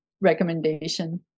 recommendation